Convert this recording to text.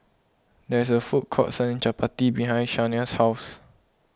there is a food court selling Chapati behind Shania's house